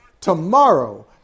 tomorrow